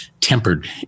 tempered